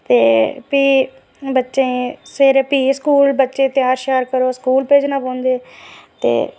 ते फ्ही बच्चे सबेरे फ्ही स्कूल बच्चे त्यार श्यार करो फ्ही स्कूल भेजना पौंदे ते